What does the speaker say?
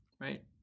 right